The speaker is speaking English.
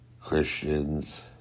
Christians